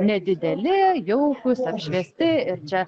nedideli jaukūs apšviesti ir čia